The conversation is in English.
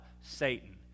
Satan